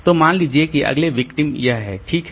तो मान लीजिए अगले विक्टिम यह है ठीक है